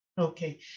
Okay